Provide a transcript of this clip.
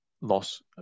loss